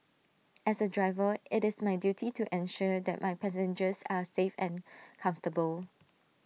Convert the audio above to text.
as A driver IT is my duty to ensure the my passengers are safe and comfortable